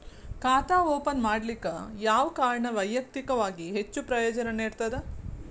ಖಾತಾ ಓಪನ್ ಮಾಡಲಿಕ್ಕೆ ಯಾವ ಕಾರಣ ವೈಯಕ್ತಿಕವಾಗಿ ಹೆಚ್ಚು ಪ್ರಯೋಜನ ನೇಡತದ?